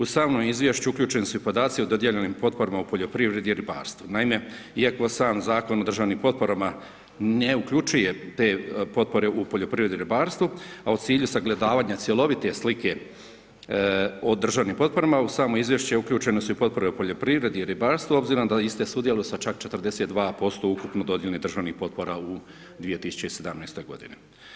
U samo izvješće uključeni su i podaci o dodijeljenim potporama u poljoprivredi i ribarstvu, naime iako sam Zakon o državnim potporama ne uključuje te potpore u poljoprivredi i ribarstvu, a u cilju sagledavanja cjelovite slike o državnim potporama u samo izvješće uključene su i potpore u poljoprivredi i ribarstvu obzirom da iste sudjeluju sa čak 42% ukupno dodijeljenih državnih potpora u 2017. godini.